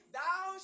Thou